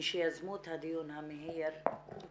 מי שיזמו את הדיון המהיר יצאו.